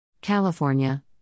California